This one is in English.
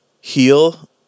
heal